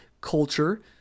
culture